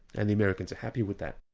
and the americans are happy with that.